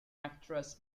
actress